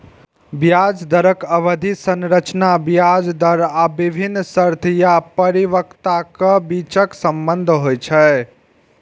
ब्याज दरक अवधि संरचना ब्याज दर आ विभिन्न शर्त या परिपक्वताक बीचक संबंध होइ छै